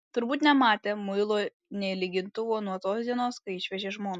turbūt nematę muilo nė lygintuvo nuo tos dienos kai išvežė žmoną